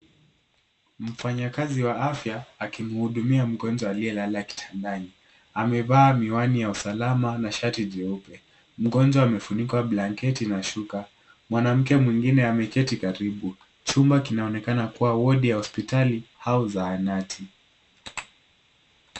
Mfanyikazi wa afya akimhudumia mgonjwa aliyelala kitandani. Amevaa miwani ya uslama na shati jeupe. Mgonjwa amefunikwa blanketi na mashuka, mwanamke mwingine ameketi karibu. Chumba kinaonekana kuwa wodi ya hospitali au zahanati.